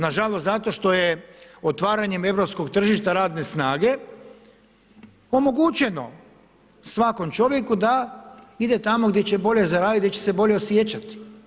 Nažalost zato što je otvaranjem europskog tržišta radne snage omogućeno svakom čovjeku da ide tamo gdje će bolje zaradit, gdje će se bolje osjećat.